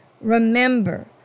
Remember